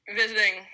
visiting